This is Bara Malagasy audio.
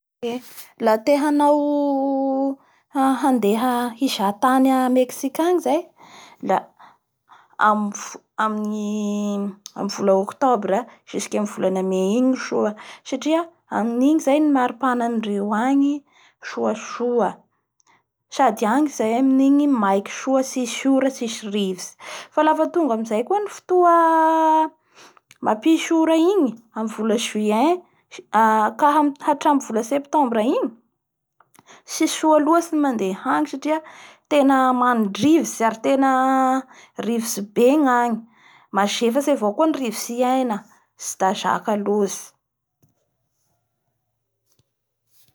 Laha te hanao oo, handeha hizahatany a Mexika agny zay da amin'ny vola Octobre jusque amin'ny vola May igny ro soa satria amin'igny zay ny maropana amindreo agny soasoa sady agny zay amin'igny maiky soa tsisy ora tsisy rivotsy Fa lafa tonga maizay koa ny fotoa mampisy ora igny amy vola Juin ka sy- ha- hatramin'ny vola septembre igny tsy soa loatsy ny mandeha agny satria tena mandrivotry ary tena rivotry be gnagny. Mazefatsy avao koa ny rivotsy iaina tsy da zaka loatsy